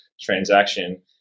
transaction